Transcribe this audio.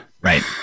Right